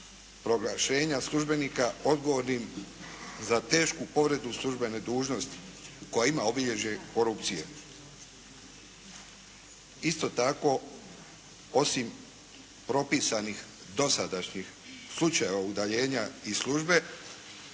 proglašenja službenika odgovornim za tešku povredu službene dužnosti koja ima obilježje korupcije. Isto tako, osim propisanih dosadašnjih slučajeva udaljenja iz službe